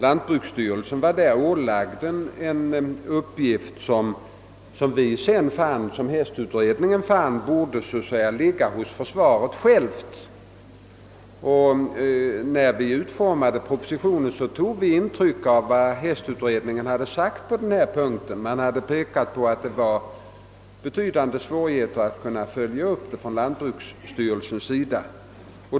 Lantbruksstyrelsen var därvidlag ålagd en uppgift, vilken enligt vad hästutredningen senare fann borde åvila försvaret självt. När vi utformade propositionen tog vi intryck av vad hästutredningen hade sagt. Utredningen hade pekat på att det för lantbruksstyrelsen förelåg betydande svårigheter att följa upp denna sak.